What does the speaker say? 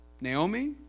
Naomi